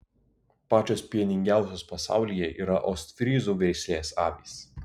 pačios pieningiausios pasaulyje yra ostfryzų veislės avys